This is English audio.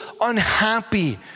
unhappy